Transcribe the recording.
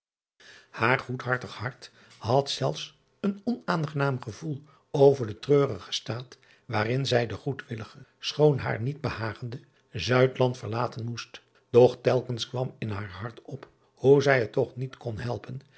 aar goedaardig hart had zelfs een onaangenaam gevoel over den treurigen staat waarin zij den goedwilligen schoon haar niet behagenden verlaten moest doch telkens kwam in haar hart op hoe zij het toch niet kon helpen